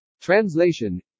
Translation